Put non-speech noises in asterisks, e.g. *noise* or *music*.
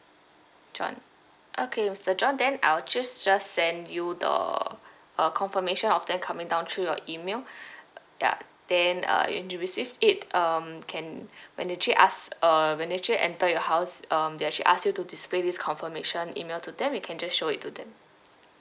john okay mister john then I'll just just send you the *breath* a confirmation of their coming down through your email *breath* ya then uh when you receive it um can *breath* when they actually ask uh when they actually enter your house um they should ask you to display this confirmation email to them you can just show it to them